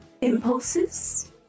impulses